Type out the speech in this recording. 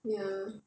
ya